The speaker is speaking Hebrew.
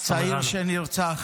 צעיר שנרצח